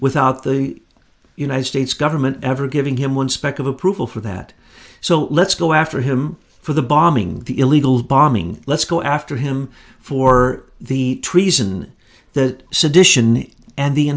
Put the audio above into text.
without the united states government ever giving him one speck of approval for that so let's go after him for the bombing the illegal bombing let's go after him for the reason that